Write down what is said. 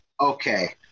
Okay